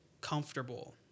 comfortable